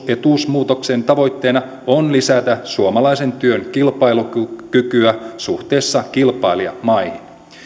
etuusmuutoksien tavoitteena on lisätä suomalaisen työn kilpailukykyä suhteessa kilpailijamaihin